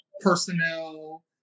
personnel